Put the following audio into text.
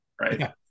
right